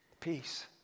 Peace